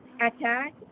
attack